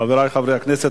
חברי חברי הכנסת,